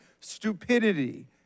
stupidity